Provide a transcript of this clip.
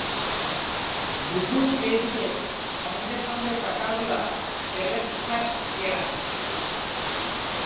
Google Pay দিয়ে সংগে সংগে টাকাগুলা টেলেসফার ক্যরা